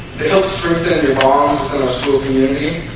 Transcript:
they help strengthen their bombs and our school community